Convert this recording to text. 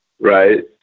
Right